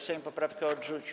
Sejm poprawkę odrzucił.